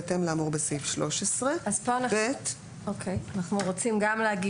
לאמור בסעיף 13. פה אנחנו רוצים גם להגיב,